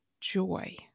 joy